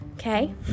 Okay